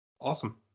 Awesome